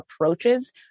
approaches